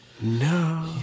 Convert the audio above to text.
no